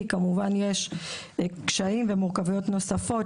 כי יש קשיים ומורכבויות נוספים,